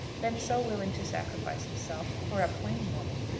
been so willing to sacrifice himself, for a plain woman.